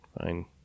fine